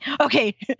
Okay